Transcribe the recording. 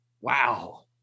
Wow